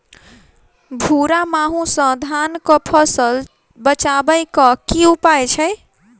भूरा माहू सँ धान कऽ फसल बचाबै कऽ की उपाय छै?